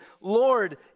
Lord